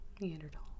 Neanderthal